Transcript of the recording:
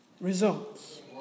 results